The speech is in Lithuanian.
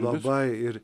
labai ir